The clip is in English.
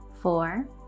four